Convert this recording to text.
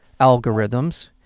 Algorithms